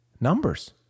numbers